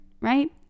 right